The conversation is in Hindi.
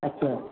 अच्छा